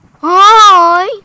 Hi